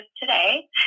today